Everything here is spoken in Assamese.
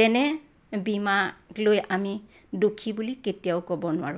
তেনে বীমাক লৈ আমি দুখি বুলি কেতিয়াও ক'ব নোৱাৰোঁ